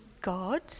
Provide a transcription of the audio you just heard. God